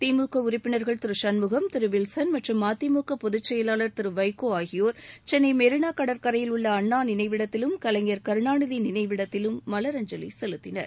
திமுக உறுப்பினர்கள் திரு சண்முகம் திரு வில்சன் மற்றும் மதிமுக பொதுச் செயலாளர் திரு வைகோ ஆகியோர் சென்னை மெரினா கடற்கரையில் உள்ள அன்ணா நினைவிடத்திலும் கலைஞர் கருணாநிதி நினைவிடத்திலும் மலரஞ்சலி செலுத்தினர்